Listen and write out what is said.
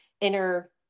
inner